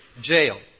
jail